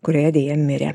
kurioje deja mirė